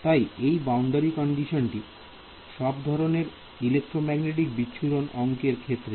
তাই এই বাউন্ডারি কন্ডিশনটি সব ধরনের ইলেক্ট্রোম্যাগনেটিক বিচ্ছুরণ অংকের ক্ষেত্রে